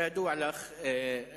כידוע לך,